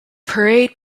parade